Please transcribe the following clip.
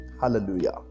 Hallelujah